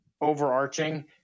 overarching